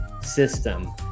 system